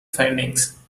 findings